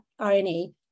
RNA